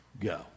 go